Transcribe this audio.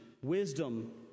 Wisdom